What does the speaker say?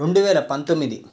రెండు వేల పంతొమ్మిది